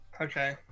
okay